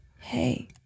hey